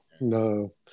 No